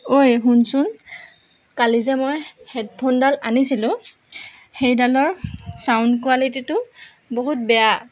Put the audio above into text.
ঐ শুনচোন কালি যে মই হেডফোনডাল আনিছিলোঁ সেইডালৰ ছাউণ্ড কোৱালিটিটো বহুত বেয়া